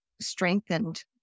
strengthened